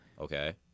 okay